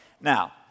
Now